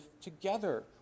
together